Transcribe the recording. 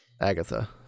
Agatha